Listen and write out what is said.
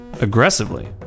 Aggressively